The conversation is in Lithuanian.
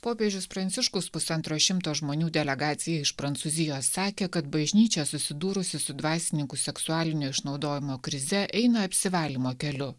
popiežius pranciškus pusantro šimto žmonių delegacija iš prancūzijos sakė kad bažnyčia susidūrusi su dvasininkų seksualinio išnaudojimo krize eina apsivalymo keliu